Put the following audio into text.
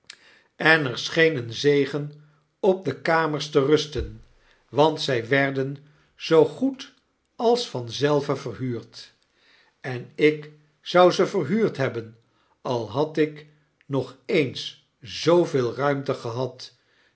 en er scheen een zegen op de kamers te rusten want zij werden zoogoed als vanzelven verhuurd en ik zou ze verhuurd hebben al had ik nog eens zooveel ruimte gehad